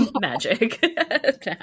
magic